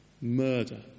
murder